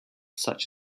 such